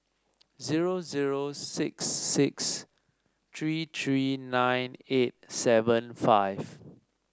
zero zero six six three three nine eight seven five